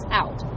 out